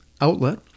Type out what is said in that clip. outlet